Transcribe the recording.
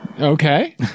Okay